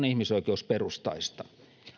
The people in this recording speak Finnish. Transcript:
ihmisoikeusperustaista